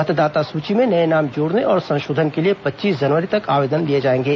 मतदाता सूची में नए नाम जोड़ने और संशोधन के लिए पच्चीस जनवरी तक आवेदन लिए जाएंगे